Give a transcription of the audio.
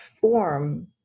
form